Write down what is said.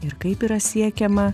ir kaip yra siekiama